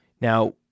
Now